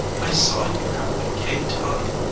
i saw you were having a gay time.